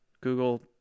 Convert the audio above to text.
Google